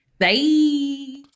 Bye